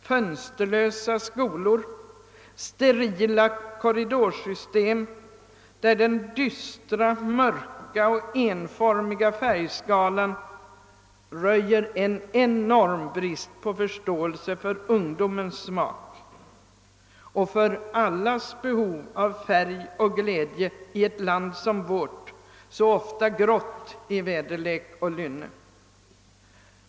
— fönsterlösa skolor och sterila korridorsystem, där den dystra, mörka och enformiga färgskalan röjer en enorm brist på förståelse för ungdomens smak och för allas behov av färg och glädje i ett land som vårt — så ofta grått i väderlek och i lynne.